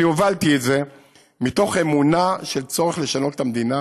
אני הובלתי את זה מתוך אמונה בצורך לשנות את המדינה